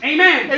Amen